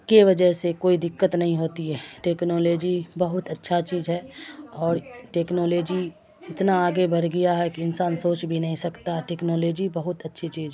کے وجہ سے کوئی دقت نہیں ہوتی ہے ٹیکنالوجی بہت اچھا چیز ہے اور ٹیکنالوجی اتنا آگے بڑھ گیا ہے کہ انسان سوچ بھی نہیں سکتا ٹکنالوجی بہت اچھی چیز